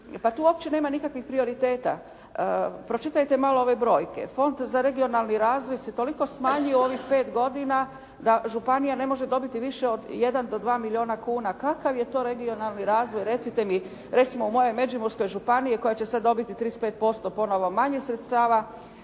Pa tu uopće nema nikakvih prioriteta. Pročitajte malo ove brojke. Fond za regionalni razvoj se toliko smanjio u ovih pet godina da županija ne može dobiti više od 1 do 2 milijuna kuna. Kakav je to regionalni razvoj recite mi recimo, u mojoj Međimurskoj županiji koja će sada dobiti 35% ponovo manje sredstava.